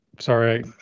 sorry